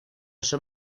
son